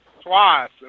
twice